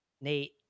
Nate